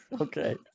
okay